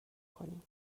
کنیم